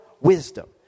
wisdom